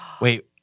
Wait